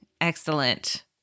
excellent